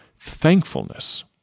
thankfulness